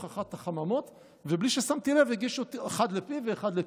אחת החממות ובלי ששמתי לב הגיש אחד לפיו ואחד לפי.